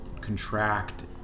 contract